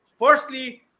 Firstly